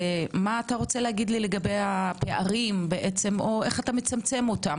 ומה אתה רוצה לומר לגבי הפערים ואיך אתה מצמצם אותם.